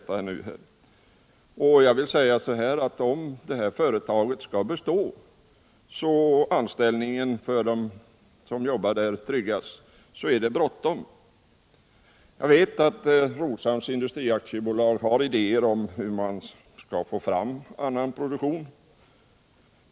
Jag vill också säga att det brådskar med åtgärder om företaget skall bestå och anställningen för personalen skall kunna tryggas. Roshamns Industri AB har idéer om hur man skall få fram annan produktion.